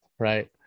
right